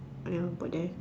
ya about there